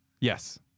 Yes